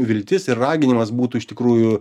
viltis ir raginimas būtų iš tikrųjų